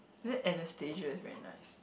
then Anastasia is very nice